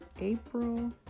April